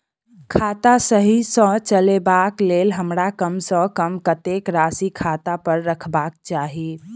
खाता सही सँ चलेबाक लेल हमरा कम सँ कम कतेक राशि खाता पर रखबाक चाहि?